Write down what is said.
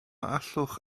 allwch